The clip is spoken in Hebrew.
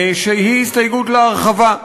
שהיא הסתייגות להרחבה.